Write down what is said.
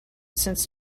since